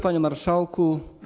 Panie Marszałku!